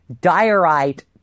diorite